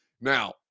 Now